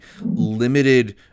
limited